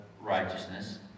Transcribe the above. righteousness